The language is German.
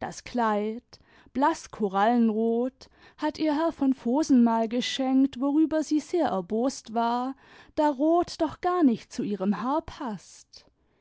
das kleid blaß korallenrot hat ihr herr von vohsen ihal geschenkt worüber sie sehr erbost war da rot doch gar nicht zu ihrem haar paßt